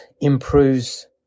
improves